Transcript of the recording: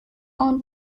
own